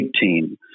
team